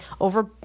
over